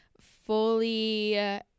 fully